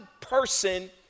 person